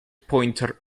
pointer